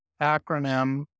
acronym